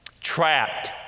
trapped